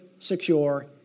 secure